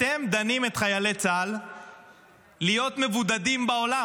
אתם דנים את חיילי צה"ל להיות מבודדים בעולם.